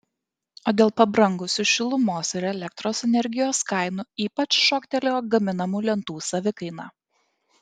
o dėl pabrangusių šilumos ir elektros energijos kainų ypač šoktelėjo gaminamų lentų savikaina